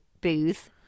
booth